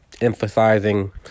emphasizing